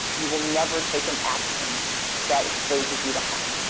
you will never take an action that exposes you to harm.